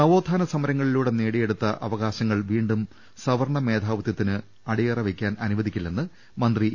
നവോത്ഥാന സമരങ്ങളിലൂടെ നേടിയെടുത്ത അവകാശങ്ങൾ വീണ്ടും സവർണ മേധാവിത്വത്തിന് അടിയറ വെക്കാൻ അനുവദിക്കില്ലെന്ന് മന്ത്രി ഇ